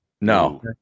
No